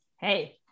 Hey